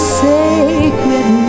sacred